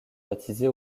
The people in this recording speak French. baptisée